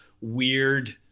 weird